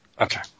Okay